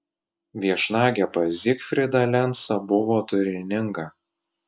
viešnagė pas zygfrydą lencą buvo turininga